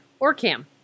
OrCam